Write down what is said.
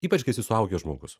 ypač kai suaugęs žmogus